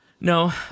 No